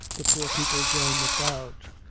the poor people join the crowd,